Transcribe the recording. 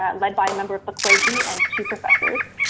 ah led by a member of the clergy and two professors.